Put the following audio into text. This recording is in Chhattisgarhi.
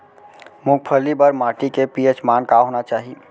मूंगफली बर माटी के पी.एच मान का होना चाही?